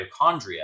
mitochondria